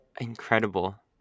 Incredible